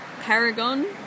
Paragon